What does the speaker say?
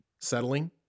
settling